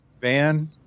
Van